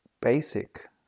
basic